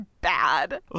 bad